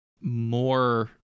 more